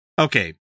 okay